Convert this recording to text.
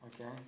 okay